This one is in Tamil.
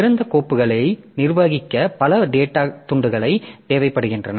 திறந்த கோப்புகளை நிர்வகிக்க பல டேட்டாத் துண்டுகள் தேவைப்படுகின்றன